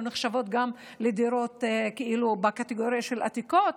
נחשבות לדירות בקטגוריה של עתיקות,